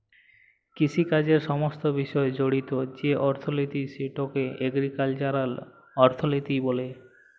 কিষিকাজের সমস্ত বিষয় জড়িত যে অথ্থলিতি সেটকে এগ্রিকাল্চারাল অথ্থলিতি ব্যলে